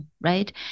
right